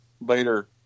later